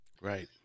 Right